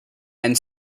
and